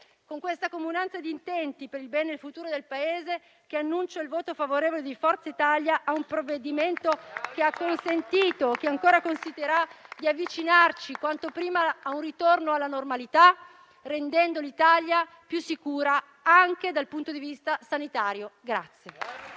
con questa comunanza di intenti per il bene futuro del Paese, che annuncio il voto favorevole di Forza Italia a un provvedimento che ha consentito e ancora consentirà di avvicinarci quanto prima a un ritorno alla normalità, rendendo l'Italia più sicura anche dal punto di vista sanitario.